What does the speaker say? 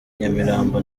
nyamirambo